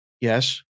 yes